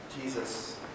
Jesus